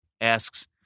asks